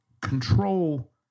control